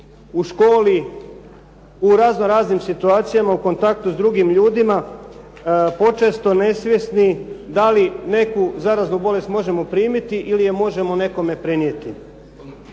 u školi, u razno raznim situacijama u kontaktu s drugim ljudima počesto nesvjesni da li neku zaraznu bolest možemo primiti ili je možemo nekome prenijeti.